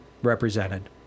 Represented